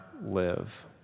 live